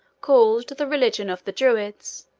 called the religion of the druids.